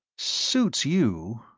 suits you,